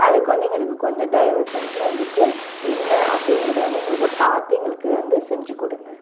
அதுக்கு வந்து எங்களுக்கு கொஞ்சம் தயவு செஞ்சு வந்துவிட்டு என்ன அப்படிங்கிறத வந்து எங்களுக்கு பார்த்து எங்களுக்கு வந்து செஞ்சுக் கொடுங்க